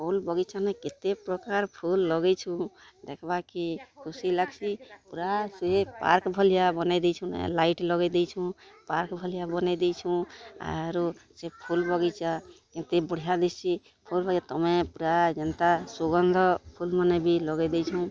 ଫୁଲ୍ ବଗିଚାନେ କେତେ ପ୍ରକାର୍ ଫୁଲ୍ ଲଗେଇଛୁଁ ଦେଖବାକେ ଖୁସି ଲାଗ୍ସି ପୁରା ସେ ପାର୍କ୍ ଭାଲିଆ ବନେଇଁ ଦେଇଛୁଁ ନେ ଲାଇଟ୍ ଲଗେଇଦେଇଛୁଁ ପାର୍କ୍ ଭାଲିଆ ବନେଇଁ ଦେଇଛୁଁ ଆରୁ ସେ ଫୁଲ୍ ବଗିଚା ଏତେ ବଢ଼ିଆ ଦିସ୍ଛେ ତମେ ପୁରା ଜେନ୍ତା ସୁଗନ୍ଧ ଫୁଲ୍ ମାନେ ବି ଲଗେଇଦେଇଛୁଁ